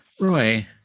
roy